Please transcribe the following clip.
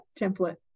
template